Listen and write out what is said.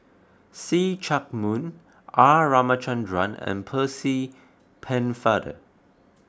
See Chak Mun R Ramachandran and Percy Pennefather